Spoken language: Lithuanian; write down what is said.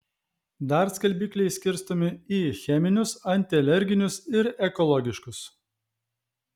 dar skalbikliai skirstomi į cheminius antialerginius ir ekologiškus